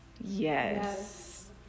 Yes